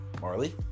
Marley